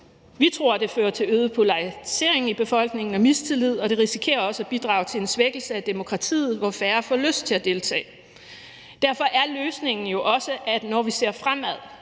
Vi tror, det fører til øget polarisering i befolkningen og mistillid, og det risikerer også at bidrage til en svækkelse af demokratiet, hvor færre får lyst til at deltage. Derfor er løsningen jo også, at vi, når vi ser fremad,